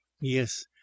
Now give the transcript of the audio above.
yes